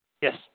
Yes